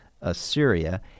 Assyria